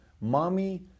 Mommy